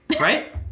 Right